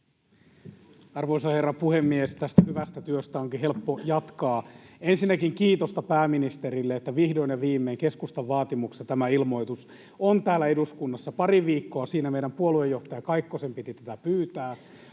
Arvoisa herra puhemies! Tästä hyvästä työstä onkin helppo jatkaa. Ensinnäkin kiitosta pääministerille, että vihdoin ja viimein keskustan vaatimuksesta tämä ilmoitus on täällä eduskunnassa. Pari viikkoa siinä meidän puoluejohtaja Kaikkosen piti tätä pyytää,